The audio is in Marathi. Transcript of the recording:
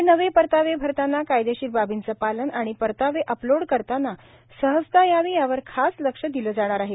हे नवे परतावे भरताना कायदेशीर बाबींचं पालन आणि परतावे अपलोड करताना सहजता यावी यावर खास लक्ष दिलं जाणार आहे